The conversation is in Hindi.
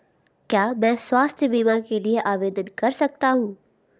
क्या मैं स्वास्थ्य बीमा के लिए आवेदन कर सकता हूँ?